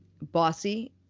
bossy